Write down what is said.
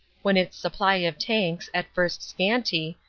when its supply of tanks, at first scanty,